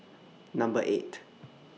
Number eight